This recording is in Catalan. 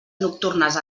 nocturnes